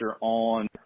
on